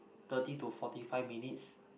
thirty to forty five minutes